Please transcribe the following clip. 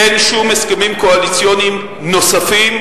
אין שום הסכמים קואליציוניים נוספים,